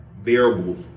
variables